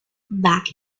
back